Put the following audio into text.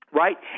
right